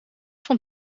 van